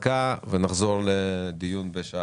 להפסקה ונחזור לדיון הבא בשעה